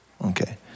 Okay